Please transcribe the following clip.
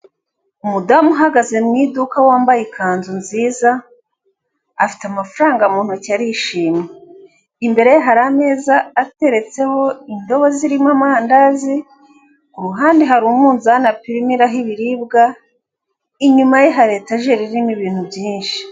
Umudamu uhagaze mu iduka wambaye ikanzu nziza, afite amafaranga mu ntoki arishimye imbere ye hari ameza ateretseho indobo zirimo amandazi, ku ruhande hari umunzani apimiraho ibiribwa, inyuma ye hari etajeri irimo ibintu byinshi.